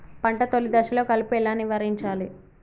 పంట తొలి దశలో కలుపు ఎలా నివారించాలి?